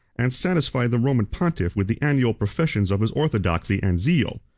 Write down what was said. and satisfied the roman pontiff with the annual professions of his orthodoxy and zeal.